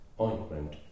ointment